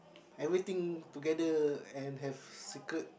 everything together and have secret